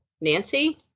Nancy